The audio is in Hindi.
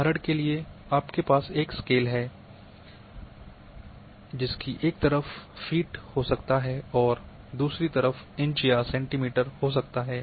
उदाहरण के लिए आपके पास एक स्केल पर एक तरफ़ फ़ीट हो सकता है और तरफ इंच या सेंटीमीटर हो सकता है